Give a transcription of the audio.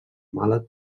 mala